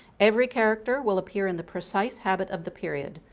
every character will appear in the precise habit of the period,